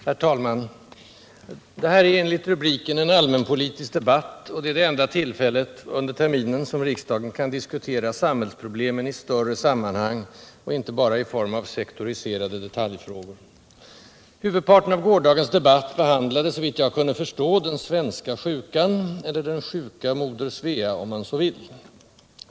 Herr talman! Detta är enligt rubriken en allmänpolitisk debatt, och det är det enda tillfället under terminen som riksdagen kan diskutera samhällsproblemen i större sammanhang och inte bara i form av sektoriserade detaljfrågor. Huvudparten av gårdagens debatt behandlade såvitt jag kunde förstå den svenska sjukan, eller den sjuka moder Svea, om man så vill.